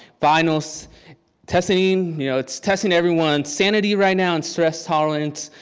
finals testing, you know it's testing everyone's sanity right now and stress tolerance,